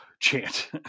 chant